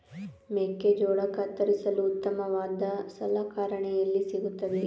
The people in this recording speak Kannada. ಮೆಕ್ಕೆಜೋಳ ಕತ್ತರಿಸಲು ಉತ್ತಮವಾದ ಸಲಕರಣೆ ಎಲ್ಲಿ ಸಿಗುತ್ತದೆ?